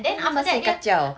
then dia masih kacau